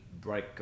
break